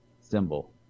symbol